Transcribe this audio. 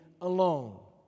alone